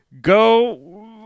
Go